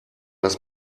das